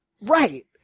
Right